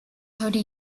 thirty